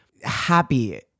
happy